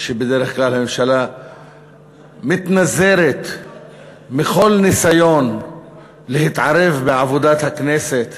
שבדרך כלל הממשלה מתנזרת מכל ניסיון להתערב בעבודת הכנסת